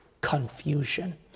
confusion